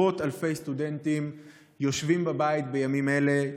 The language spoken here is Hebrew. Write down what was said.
עשרות אלפי סטודנטים יושבים בבית בימים אלה,